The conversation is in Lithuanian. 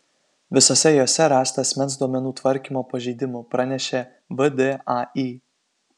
visose jose rasta asmens duomenų tvarkymo pažeidimų pranešė vdai